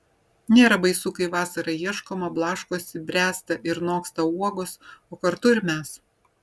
nėra baisu kai vasarą ieškoma blaškosi bręsta ir noksta uogos o kartu ir mes